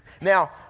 Now